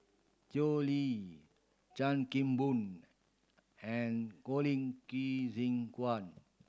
Tao Li Chan Kim Boon and Colin Qi Zhe Quan